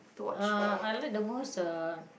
uh I like the most uh